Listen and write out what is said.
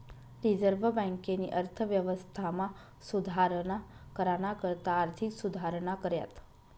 reserve बँकेनी अर्थव्यवस्थामा सुधारणा कराना करता आर्थिक सुधारणा कऱ्यात